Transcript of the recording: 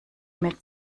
mit